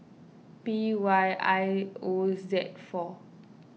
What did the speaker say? P Y I O Z four